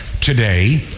today